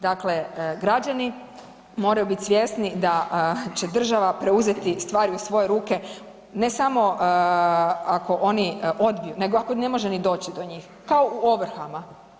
Dakle, građani moraju biti svjesni da će država preuzeti stvari u svoje ruke, ne samo ako oni odbiju nego ako ne može ni doći do njih, kao u ovrhama.